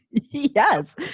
Yes